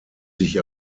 sich